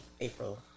April